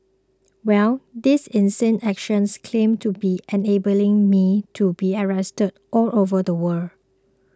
well this insane actions claim to be enabling me to be arrested all over the world